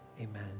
Amen